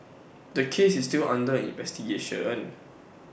the case is still under investigation